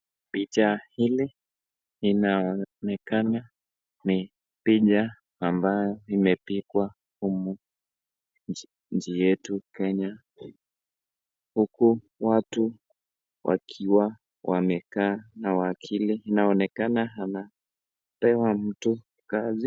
Picha hili linaonekana ni picha ambayo limepigwa humu nchi yetu Kenya, huku watu wakiwa wamekaa na wakili inaonekana anapewa mtu kazi.